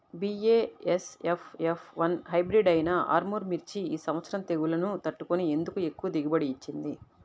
BASF F one hybrid అయినా ఆర్ముర్ మిర్చి ఈ సంవత్సరం తెగుళ్లును తట్టుకొని ఎందుకు ఎక్కువ దిగుబడి ఇచ్చింది?